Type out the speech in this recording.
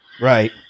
Right